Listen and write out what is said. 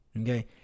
okay